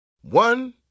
One